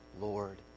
Lord